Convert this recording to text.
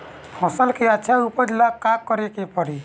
फसल के अच्छा उपजाव ला का करे के परी?